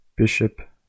Bishop